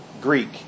Greek